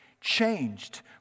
changed